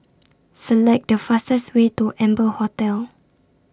Select The fastest Way to Amber Hotel